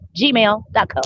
gmail.com